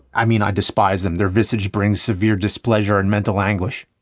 i mean, i despise them. their visage brings severe displeasure and mental anguish.